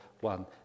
one